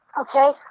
Okay